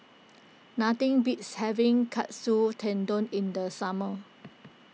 nothing beats having Katsu Tendon in the summer